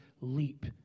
leap